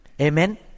Amen